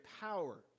power